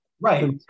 Right